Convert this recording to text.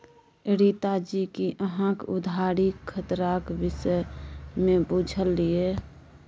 रीता जी कि अहाँक उधारीक खतराक विषयमे बुझल यै?